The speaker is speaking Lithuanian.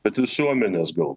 bet visuomenės gal